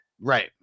right